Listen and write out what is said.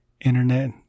internet